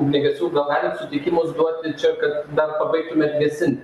ugniagesių gal galit sutikimus duoti čia kad dar pabaigtumėt gesint